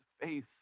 faith